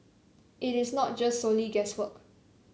it is not just solely guesswork